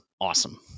awesome